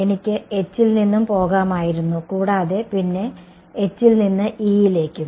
എനിക്ക് H ൽ നിന്നും പോകാമായിരുന്നു കൂടാതെ പിന്നെ H ൽ നിന്ന് E യിലേക്കും